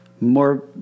more